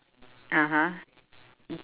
(uh huh)